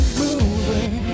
moving